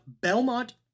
Belmont